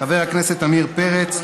חבר הכנסת עמיר פרץ,